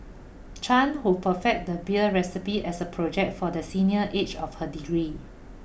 Chan who perfected the beer recipe as a project for the senior each of her degree